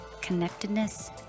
connectedness